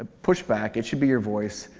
ah push back, it should be your voice.